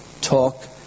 talk